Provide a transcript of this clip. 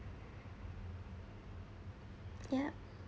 ya